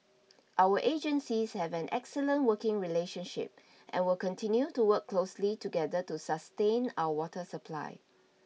our agencies have an excellent working relationship and will continue to work closely together to sustain our water supply